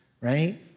right